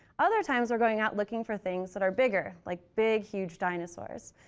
other times we're going out, looking for things that are bigger, like big huge dinosaurs.